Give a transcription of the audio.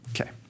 Okay